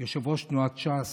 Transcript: יושב-ראש תנועת ש"ס,